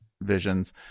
visions